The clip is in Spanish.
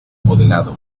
modelado